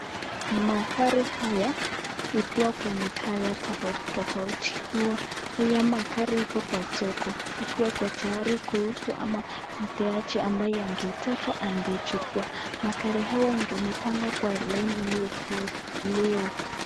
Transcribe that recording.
Magari haya ikiwa kwenye colour tofauti tofauti ikiwa haya magari iko kwa soko, ikiwa iko tayari kuuzwa ama mteja ambaye angeitaka angeichukua. Magari haya yamepangwa kwa laini iliyo...